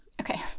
Okay